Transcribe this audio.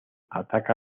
ataca